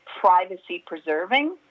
privacy-preserving